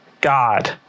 God